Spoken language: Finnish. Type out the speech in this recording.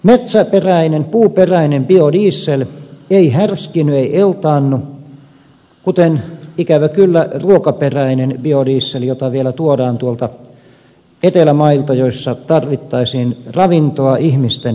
metsäperäinen puuperäinen biodiesel ei härskiinny ei eltaannu kuten ikävä kyllä ruokaperäinen biodiesel jota vielä tuodaan tuolta etelän mailta joissa tarvittaisiin ravintoa ihmisten elämiseen